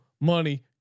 money